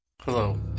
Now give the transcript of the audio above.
Hello